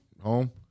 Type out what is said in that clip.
Home